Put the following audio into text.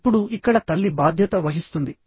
ఇప్పుడుఇక్కడ తల్లి బాధ్యత వహిస్తుంది